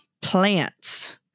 plants